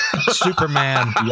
Superman